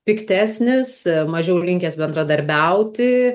piktesnis mažiau linkęs bendradarbiauti